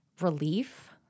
relief